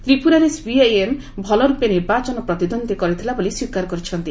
ତ୍ରିପୁରାରେ CPI M ଭଲ ରୂପେ ନିର୍ବାଚନ ପ୍ରତିଦ୍ୱନ୍ଦୀତା କରିଥିଲା ବୋଲି ସ୍ୱୀକାର କରିଛନ୍ତି